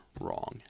wrong